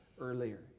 earlier